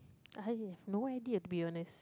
I have no idea to be honest